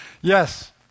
Yes